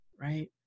right